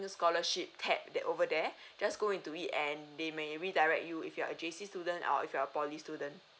scholarship tab that over there just go into it and they maybe redirect you if you're J_C student or if you're poly student